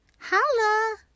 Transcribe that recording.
holla